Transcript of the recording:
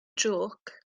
jôc